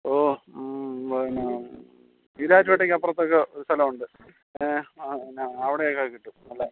ഓ പിന്നെ ഈരാറ്റുപേട്ടയ്ക്ക് അപ്പുറത്തൊക്കെ സ്ഥലമുണ്ട് പിന്നെ പിന്നെ അവിടെയൊക്കെ കിട്ടും നല്ല